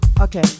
Okay